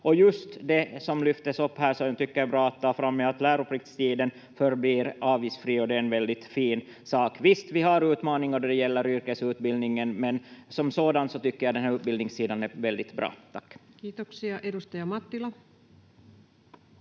just det som lyftes upp här, som jag tycker är bra att ta fram, är att läropliktstiden förblir avgiftsfri, och det är en väldigt fin sak. Visst, vi har utmaningar då det gäller yrkesutbildningen, men som sådan tycker jag att den här utbildningssidan är väldigt bra. — Tack. [Speech 420] Speaker: